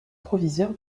proviseur